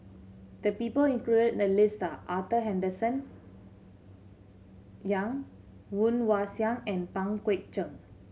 the people included in the list are Arthur Henderson Young Woon Wah Siang and Pang Guek Cheng